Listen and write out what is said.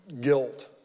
guilt